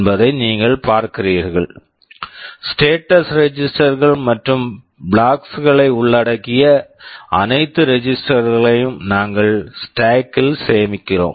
என்பதை நீங்கள் பார்க்கிறீர்கள் ஸ்டேட்டஸ் ரெஜிஸ்டர் status register கள் மற்றும் பிளாக்ஸ் flags களை உள்ளடக்கிய அனைத்து ரெஜிஸ்டர் register களையும் நாங்கள் ஸ்டாக் stack ல் சேமிக்கிறோம்